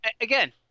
again